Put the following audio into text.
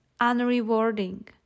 unrewarding